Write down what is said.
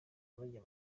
bajya